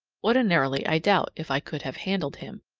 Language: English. ordinarily i doubt if i could have handled him,